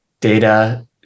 data